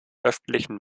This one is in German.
öffentlichen